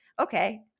okay